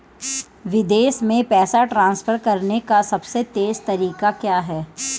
विदेश में पैसा ट्रांसफर करने का सबसे तेज़ तरीका क्या है?